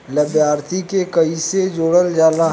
लभार्थी के कइसे जोड़ल जाला?